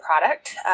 product